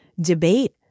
debate